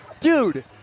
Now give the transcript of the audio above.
dude